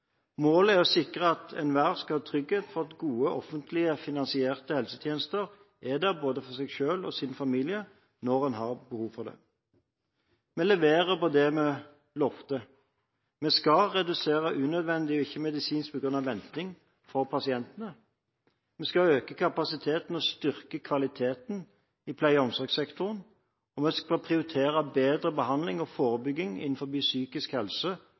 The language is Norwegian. Målet er å sikre at enhver skal ha trygghet for at gode, offentlig finansierte helsetjenester er der både for dem selv og for deres familie når de har behov for det. Vi leverer på det vi lovte. Vi skal redusere unødvendig og ikke-medisinsk begrunnet venting for pasientene. Vi skal øke kapasiteten og styrke kvaliteten i pleie- og omsorgssektoren, og vi skal prioritere bedre behandling og forebygging innen psykisk helse